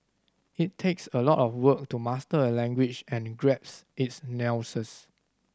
it takes a lot of work to master a language and grasp its nuances